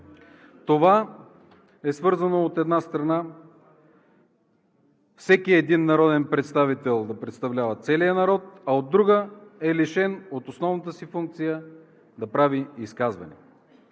Това е свързано, от една страна, всеки един народен представител да представлява целия народ, а от друга, е лишен от основната си функция – да прави изказвания.